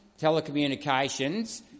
telecommunications